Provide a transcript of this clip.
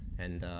and